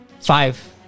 Five